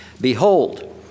Behold